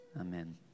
Amen